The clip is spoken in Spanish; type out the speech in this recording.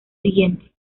siguiente